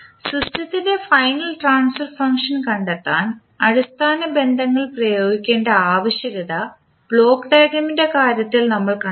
സിസ്റ്റത്തിൻറെ final transfer function കണ്ടെത്താൻ അടിസ്ഥാന ബന്ധങ്ങൾ പ്രയോഗിക്കേണ്ട ആവശ്യകത ബ്ലോക്ക് ഡയഗ്രാമിൻറെ കാര്യത്തിൽ നമ്മൾ കണ്ടതാണ്